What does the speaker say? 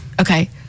Okay